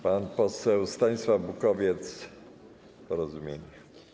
Pan poseł Stanisław Bukowiec, Porozumienie.